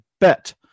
bet